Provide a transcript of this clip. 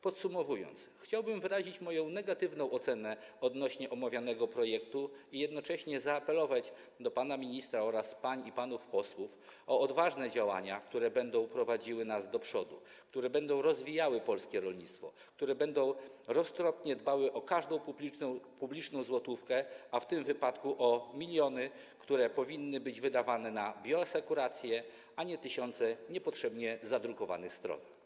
Podsumowując, chciałbym wyrazić moją negatywną oceną odnośnie do omawianego projektu i jednocześnie zaapelować do pana ministra oraz pań i panów posłów o odważne działania, które będą prowadziły nas do przodu, które będą rozwijały polskie rolnictwo, które będą roztropnie dbały o każdą publiczną złotówkę, a w tym wypadku o miliony, które powinny być wydane na bioasekurację, a nie tysiące niepotrzebnie zadrukowanych stron.